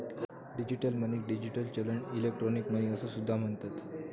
digital मनीक digital चलन, electronic money असो सुद्धा म्हणतत